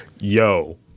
Yo